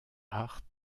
art